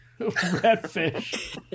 redfish